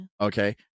okay